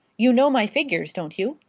you know my figures, don't you?